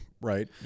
right